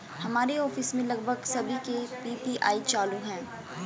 हमारे ऑफिस में लगभग सभी के पी.पी.आई चालू है